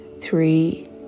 three